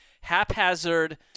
haphazard